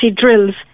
drills